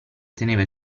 teneva